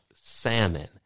salmon